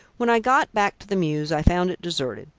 when i got back to the mews i found it deserted.